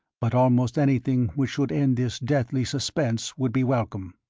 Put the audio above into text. but almost anything which should end this deathly suspense would be welcome.